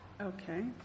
okay